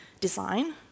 design